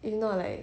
if not like